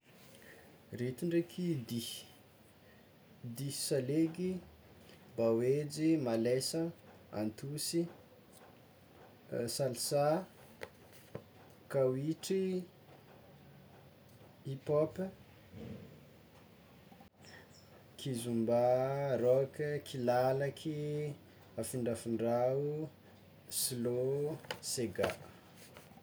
Reto ndraiky dihy: dihy salegy, baoejy, malesa, antosy, salsa, kawitry, hip hop, kizumba, rock, kilalaky, afindrafindrao, slow, sega.